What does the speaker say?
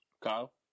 Kyle